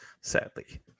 Sadly